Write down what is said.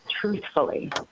truthfully